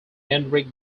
henrik